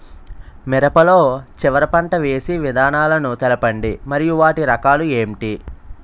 మిరప లో చివర పంట వేసి విధానాలను తెలపండి మరియు వాటి రకాలు ఏంటి